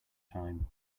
time